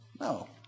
No